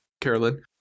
Carolyn